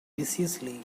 viciously